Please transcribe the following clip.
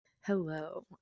Hello